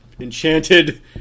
enchanted